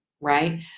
right